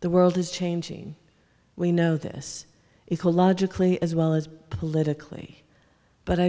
the world is changing we know this ecologically as well as politically but i